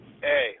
Hey